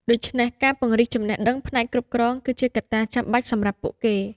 ដូច្នេះ ការពង្រឹងចំណេះដឹងផ្នែកគ្រប់គ្រង គឺជាកត្តាចាំបាច់សម្រាប់ពួកគេ។